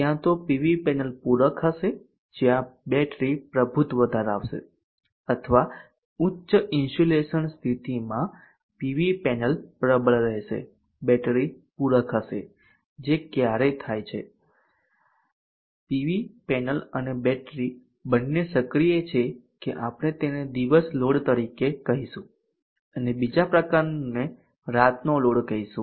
ક્યાં તો PV panel પૂરક હશે જ્યાં બેટરી પ્રભુત્વ ધરાવશે અથવા ઉચ્ચ ઇન્સ્યુલેશન સ્થિતિમાં પીવી પેનલ પ્રબળ રહેશે બેટરી પૂરક હશે જે ક્યારેય થાય છે પીવી પેનલ અને બેટરી બંને સક્રિય છે કે આપણે તેને દિવસ લોડ તરીકે કહીશું અને બીજા પ્રકારને રાતનો લોડ કહીશું